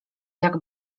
jak